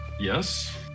yes